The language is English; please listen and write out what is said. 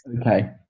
Okay